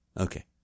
Okay